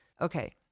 okay